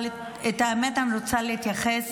אבל האמת, אני רוצה להתייחס